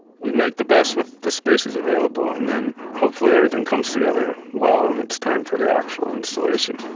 we make the best with the spaces available. and then hopefully everything comes together well when it's time for the actual installation